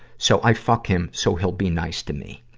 so i fucked him, so he'll be nice to me.